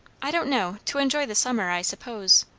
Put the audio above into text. i don't know. to enjoy the summer, i suppose.